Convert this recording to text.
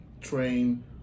train